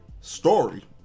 story